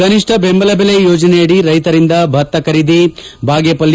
ಕನಿಷ್ಠ ಬೆಂಬಲ ಬೆಲೆ ಯೋಜನೆಯಡಿ ರೈತರಿಂದ ಭತ್ತ ಖರೀದಿ ಬಾಗೇಪಲ್ಲಿ